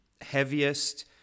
heaviest